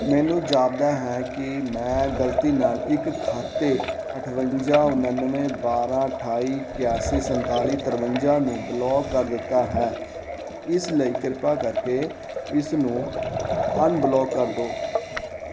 ਮੈਨੂੰ ਜਾਪਦਾ ਹੈ ਕਿ ਮੈਂ ਗਲਤੀ ਨਾਲ ਇੱਕ ਖਾਤੇ ਅਠਵੰਜਾ ਉਣਾਨਵੇਂ ਬਾਰਾਂ ਅਠਾਈ ਇਕਾਸੀ ਸੰਤਾਸੀ ਤਰਵੰਜਾ ਨੂੰ ਬਲੌਕ ਕਰ ਦਿੱਤਾ ਹੈ ਇਸ ਲਈ ਕਿਰਪਾ ਕਰਕੇ ਇਸਨੂੰ ਅਨਬਲੌਕ ਕਰ ਦਿਓ